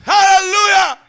Hallelujah